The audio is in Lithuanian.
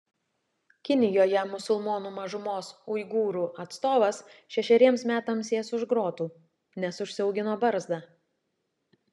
kinijoje musulmonų mažumos uigūrų atstovas šešeriems metams sės už grotų nes užsiaugino barzdą